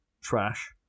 Trash